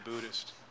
Buddhist